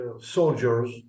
soldiers